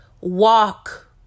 Walk